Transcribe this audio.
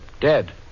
Dead